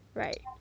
right